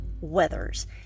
Weathers